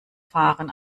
fahren